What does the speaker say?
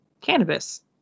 cannabis